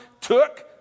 took